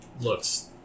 looks